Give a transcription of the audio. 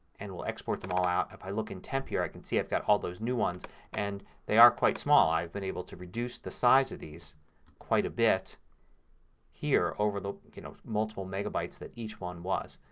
and will export them all out. if i look in temp here i can see i've got all those new ones and they are quite small. i've been able to reduce the size of these a quite bit here over the you know multiple megabytes that each one was.